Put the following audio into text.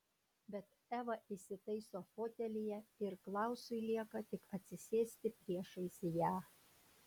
bet eva įsitaiso fotelyje ir klausui lieka tik atsisėsti priešais ją